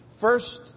first